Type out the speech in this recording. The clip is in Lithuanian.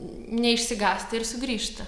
neišsigąsta ir sugrįžta